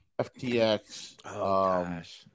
FTX